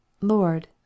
Lord